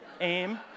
aim